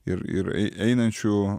ir ir ei einančių